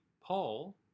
Paul